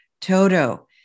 Toto